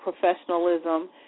professionalism